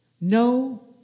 no